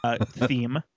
theme